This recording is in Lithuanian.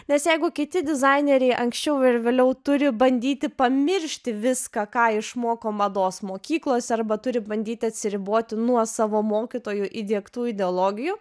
nes jeigu kiti dizaineriai anksčiau ir vėliau turi bandyti pamiršti viską ką išmoko mados mokyklos arba turi bandyti atsiriboti nuo savo mokytojų įdiegtų ideologijų